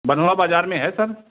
बँधवा बाज़ार में है सर